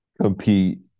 compete